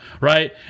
right